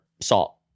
salt